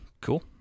cool